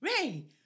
Ray